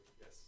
yes